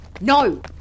No